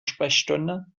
sprechstunde